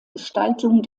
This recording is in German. gestaltung